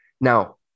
Now